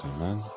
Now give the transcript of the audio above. Amen